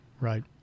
Right